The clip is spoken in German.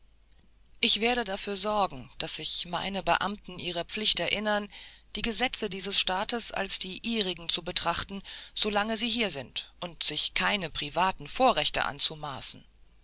ich werde dafür sorgen daß sich meine beamten ihrer pflicht erinnern die gesetze dieses staates als die ihrigen zu betrachten so lange sie hier sind und sich keine privaten vorrechte anzumaßen